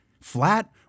flat